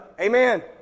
amen